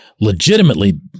legitimately